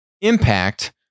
impact